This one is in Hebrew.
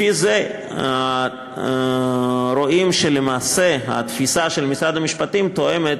לפי זה רואים שלמעשה התפיסה של משרד המשפטים תואמת